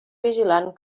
vigilant